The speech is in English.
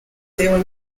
there